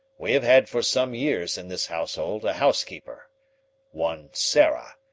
we have had for some years in this household a housekeeper one sarah,